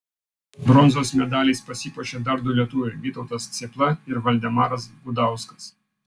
bronzos medaliais pasipuošė dar du lietuviai vytautas cėpla ir valdemaras gudauskas